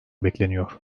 bekleniyor